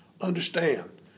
Understand